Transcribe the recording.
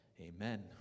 Amen